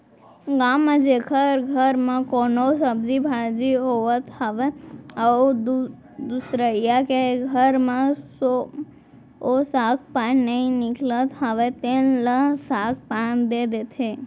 गाँव म जेखर घर म कोनो सब्जी भाजी होवत हावय अउ दुसरइया के घर म ओ साग पान नइ निकलत हावय तेन ल साग पान दे देथे